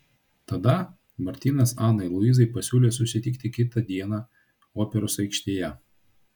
tada martynas anai luizai pasiūlė susitikti kitą dieną operos aikštėje